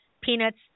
peanuts